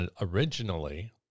originally